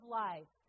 life